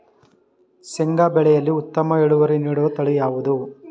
ಶೇಂಗಾ ಬೆಳೆಯಲ್ಲಿ ಉತ್ತಮ ಇಳುವರಿ ನೀಡುವ ತಳಿ ಯಾವುದು?